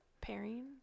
pairing